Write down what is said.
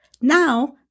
now